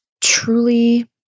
truly